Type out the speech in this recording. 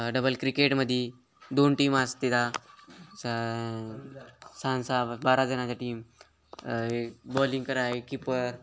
double क्रिकेटमध्ये दोन team असतात सहा सहा आणि सहा बारा जणाचा टीम हे बॉलिंग करायला आहे कीपर